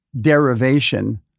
derivation